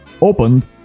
opened